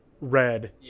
red